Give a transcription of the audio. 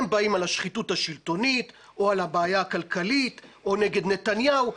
הם באים למחות על השחיתות השלטונית או על הבעיה הכלכלית או נגד נתניהו,